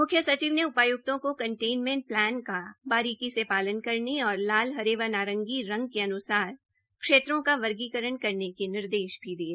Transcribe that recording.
मुख्य सचिव ने उपाय्क्तों को केन्टेनमेंट प्लान का बरीकी से पालन करने और लाल हरे व नारंगी रंग के अनुसार क्षेत्रों का वर्गीकरण करने के निर्देश भी दिये